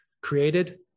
created